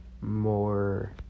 more